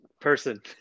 person